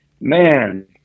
man